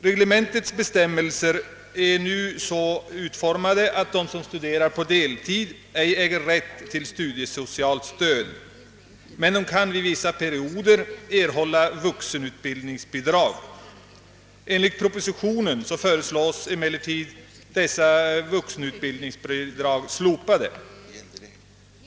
Reglementets bestämmelser är nu så utformade att de som studerar på deltid ej äger rätt till studiesocialt stöd. Men de kan under vissa perioder erhålla vuxenutbildningsbidrag. I propositionen föreslås det emellertid att dessa vuxenutbildningsbidrag skall slopas.